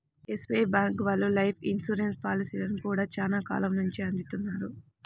SBI bank వాళ్ళు life insurance పాలసీలను గూడా చానా కాలం నుంచే అందిత్తన్నారు